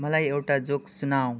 मलाई एउटा जोक सुनाऊ